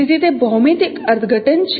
તેથી તે ભૌમિતિક અર્થઘટન છે